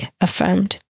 affirmed